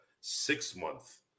six-month